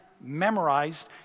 memorized